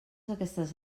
aquestes